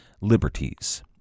liberties